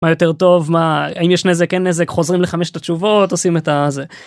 מה יותר טוב מה האם יש נזק אין נזק חוזרים לחמשת התשובות עושים את זה.